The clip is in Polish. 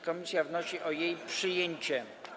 Komisja wnosi o jej przyjęcie.